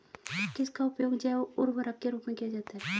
किसका उपयोग जैव उर्वरक के रूप में किया जाता है?